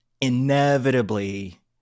inevitably